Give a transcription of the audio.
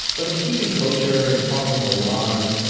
but in keeping kosher, in following the laws,